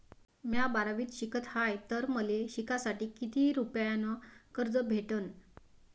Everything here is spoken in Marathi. म्या बारावीत शिकत हाय तर मले शिकासाठी किती रुपयान कर्ज भेटन?